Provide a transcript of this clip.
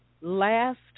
last